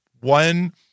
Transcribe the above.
one